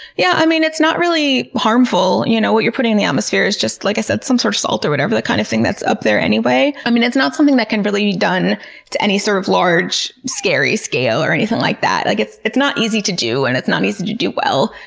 yeah, i mean it's not really harmful. you know, what you're putting in the atmosphere is just, like i said, some sort of salt or whatever, that kind of thing that's up there anyway. it's not something that can really be done to any sort of large, scary scale or anything like that. like it's it's not easy to do and it's not easy to do well.